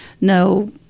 no